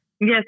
yes